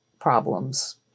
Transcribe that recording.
problems